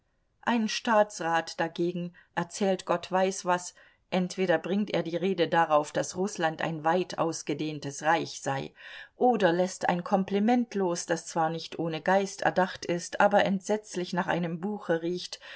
ein staatsrat dagegen erzählt gott weiß was entweder bringt er die rede darauf daß rußland ein weit ausgedehntes reich sei oder läßt ein kompliment los das zwar nicht ohne geist erdacht ist aber entsetzlich nach einem buche riecht